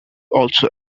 also